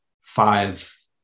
five